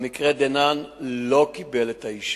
במקרה דנן, לא קיבל את האישור.